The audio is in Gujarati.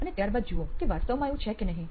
અને ત્યાર બાદ જુઓ કે વાસ્તવમાં એવું છે કે નહિ